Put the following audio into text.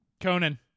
Conan